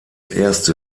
erste